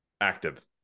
active